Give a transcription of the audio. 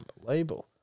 unbelievable